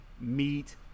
meat